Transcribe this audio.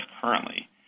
currently